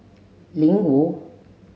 Ling Wu